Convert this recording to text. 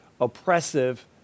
oppressive